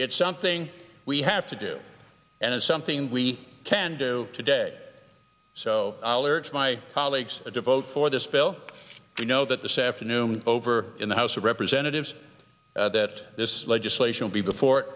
it's something we have to do and it's something we can do today so alaric's my colleagues to devote for this bill you know that this afternoon over in the house of representatives that this legislation will be before